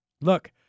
Look